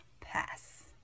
Pass